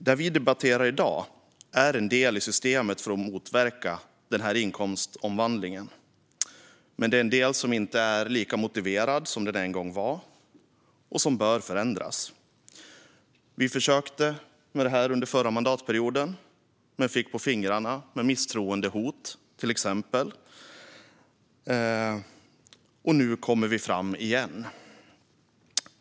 Det vi debatterar i dag är en del i systemet för att motverka inkomstomvandlingen, men det är en del som inte är lika motiverad som den en gång var och som bör förändras. Vi försökte med det under den förra mandatperioden men fick smäll på fingrarna i form av till exempel hot om misstroendeförklaring. Nu kommer vi fram med förslaget igen.